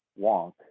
wonk